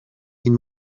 این